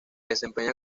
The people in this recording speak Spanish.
desempeña